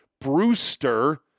Brewster